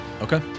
Okay